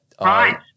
right